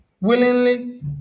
willingly